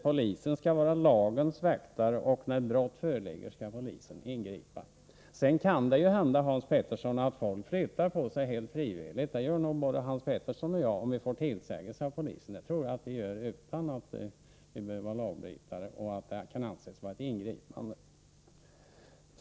Polisen skall vara lagens väktare, och när brott föreligger skall den ingripa. Sedan kan det nog hända, Hans Pettersson i Helsingborg, att folk frivilligt flyttar på sig, om de får tillsägelse av polisen. Det gör nog både Hans Pettersson och jag. Jag tror att vi gör det även utan att det behöver vara fråga om något lagbrott. Inte heller kan det då anses vara fråga om ett ingripande.